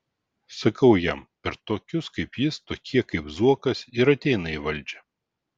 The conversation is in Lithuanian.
sakau jam per tokius kaip jis tokie kaip zuokas ir ateina į valdžią